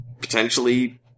potentially